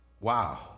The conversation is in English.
Wow